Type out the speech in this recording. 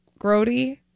grody